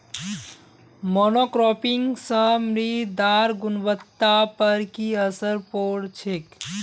monocropping स मृदार गुणवत्ता पर की असर पोर छेक